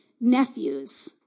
nephews